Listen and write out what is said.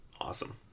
Awesome